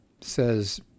says